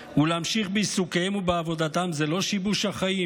ולהמשיך בעיסוקיהם ובעבודתם, זה לא שיבוש החיים?